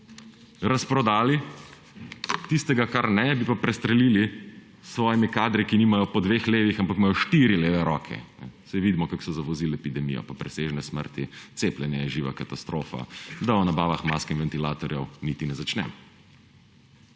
razprodali, tisto, česar ne bi, bi pa prestrelili s svojimi kadri, ki nimajo po dve levi, ampak imajo štiri leve roke; saj vidimo, kako so zavozili epidemijo − presežne smrti, cepljenje je živa katastrofa, da o nabavah mask in ventilatorjev niti ne začnemo.